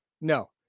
No